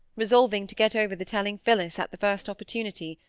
resolving to get over the telling phillis at the first opportunity,